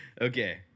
Okay